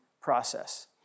process